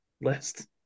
list